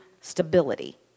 stability